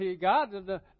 God